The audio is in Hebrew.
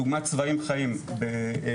חיים.